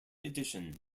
addition